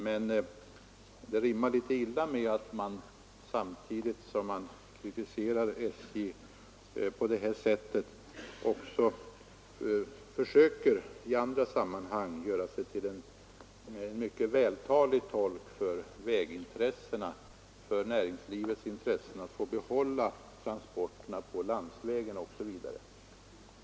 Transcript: Däremot rimmar det litet illa när man, samtidigt som man kritiserar SJ på det här sättet, i andra sammanhang försöker göra sig till en mycket vältalig tolk för vägintressena, för näringslivets önskemål att få behålla transporterna på landsvägen OSV.